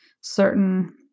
certain